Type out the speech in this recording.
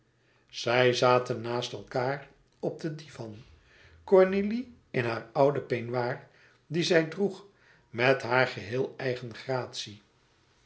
zij zaten naast elkaâr op den divan cornélie in haar ouden peignoir dien zij droeg met hare geheel eigen gratie